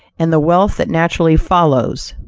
and the wealth that naturally follows.